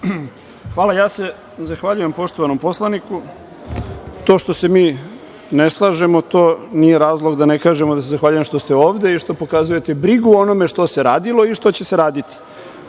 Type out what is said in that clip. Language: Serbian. Vulin** Zahvaljujem se poštovanom poslaniku. To što se mi ne slažemo, to nije razlog da ne kažem da se zahvaljujem što ste ovde i što pokazujete brigu o onome što se radilo i što će se raditi. Upravo